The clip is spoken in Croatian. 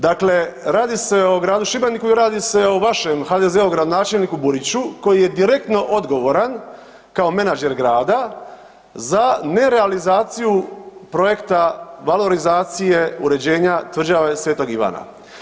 Dakle, radi se o gradu Šibeniku i radi se o vašem HDZ-ovom gradonačelniku Buriću koji je direktno odgovoran kao menadžer grada za ne realizaciju projekta valorizacije uređenja tvrđave Sv. Ivana.